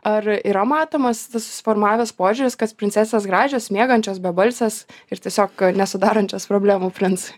ar yra matomas susiformavęs požiūris kad princesės gražios miegančios bebalsės ir tiesiog nesudarančios problemų princui